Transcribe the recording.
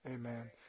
Amen